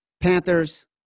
Panthers